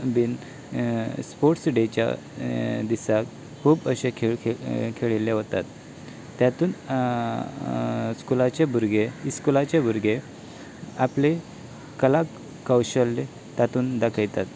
sports डेच्या दिसा खूब अशे खेळ खेळिल्ले वतात तातूंत स्कुलाचे भुरगे इस्कुलाचे भुरगे आपली कला कौशल्य तातूंत दाखयतात